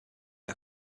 are